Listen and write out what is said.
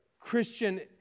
Christian